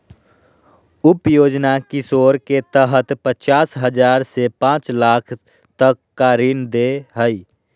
उप योजना किशोर के तहत पचास हजार से पांच लाख तक का ऋण दे हइ